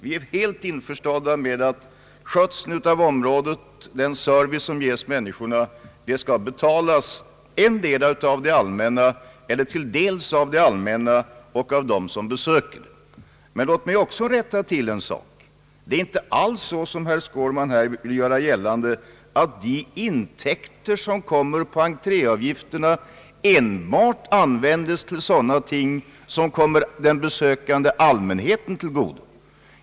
Vi är helt införstådda med att skötseln av området, den service som ges besökande, skall betalas endera eller till viss del av det allmänna och av dem som besöker området. Låt mig också rätta till en sak: Det förhåller sig inte alls så som herr Skårman vill göra gällande att de intäkter som kommer från entréavgifterna enbart används till sådant som kommer den besökande allmänheten till godo.